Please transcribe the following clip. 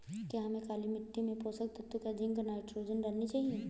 क्या हमें काली मिट्टी में पोषक तत्व की जिंक नाइट्रोजन डालनी चाहिए?